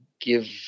give